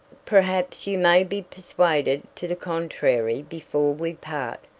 perhaps you may be persuaded to the contrary before we part,